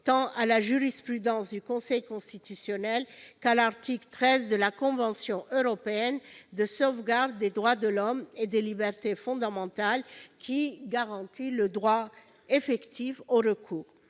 tant à la jurisprudence du Conseil constitutionnel qu'à l'article 13 de la Convention européenne de sauvegarde des droits de l'homme et des libertés fondamentales, qui garantit le droit effectif au recours.